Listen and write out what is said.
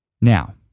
Now